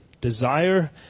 desire